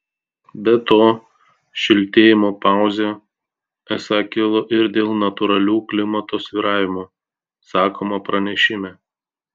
be to šiltėjimo pauzė esą kilo ir dėl natūralių klimato svyravimų sakoma pranešime